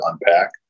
unpack